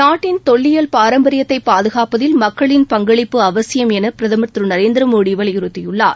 நாட்டின் தொல்லியல் பாரம்பரியத்தை பாதுகாப்பதில் மக்களின் பங்களிப்பு அவசியம் என பிரதமா திரு நரேந்திரமோடி வலியுறுத்தியுள்ளார்